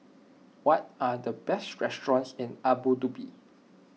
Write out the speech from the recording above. what are the best restaurants in Abu Dhabi